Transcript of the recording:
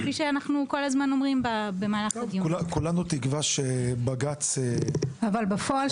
כולנו תקווה שבג"ץ --- בפועל,